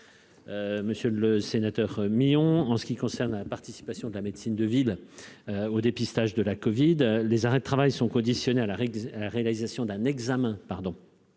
Monsieur le sénateur Millon en ce qui concerne la participation de la médecine de ville au dépistage de la Covid, les arrêts de travail sont conditionnés à la réalisation d'un examen